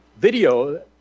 video